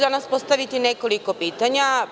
Danas ću postaviti nekoliko pitanja.